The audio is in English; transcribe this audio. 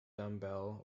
dumbbell